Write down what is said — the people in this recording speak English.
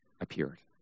appeared